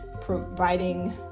providing